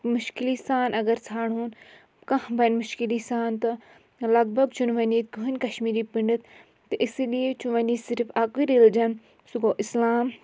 مُشکِلی سان اَگر ژھانٛڈہون کانٛہہ بَنہِ مُشکِلی سان تہٕ لَگ بَگ چھُنہٕ وۄنۍ ییٚتہِ کٕہۭنۍ کَشمیٖری پٔنٛڈِتھ تہِ اِسی لیے چھُ وۄنۍ ییٚتۍ صرف اَکُے ریٚلِجَن سُہ گوٚو اِسلام